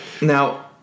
Now